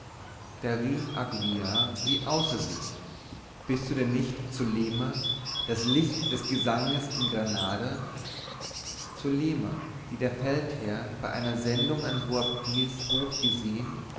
da rief aguillar wie außer sich bist du denn nicht zulema das licht des gesanges in granada zulema die der feldherr bei einer sendung an boabdils hof gesehen